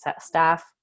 staff